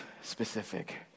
specific